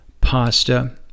pasta